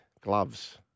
gloves